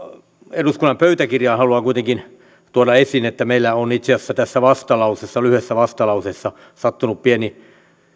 eduskunnan pöytäkirjaan haluan kuitenkin tuoda esiin että meillä on itse asiassa tässä lyhyessä vastalauseessa sattunut pieni